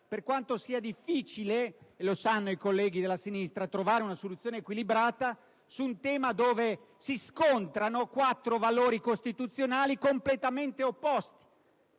per quanto sia difficile - e lo sanno i colleghi della sinistra trovare una soluzione equilibra su un tema su cui scontrano quattro valori costituzionali completamente opposti: